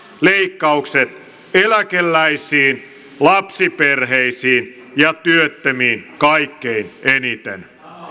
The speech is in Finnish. leikkaukset eläkeläisiin lapsiperheisiin ja työttömiin kaikkein eniten